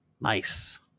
Nice